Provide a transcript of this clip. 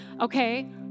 okay